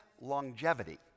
longevity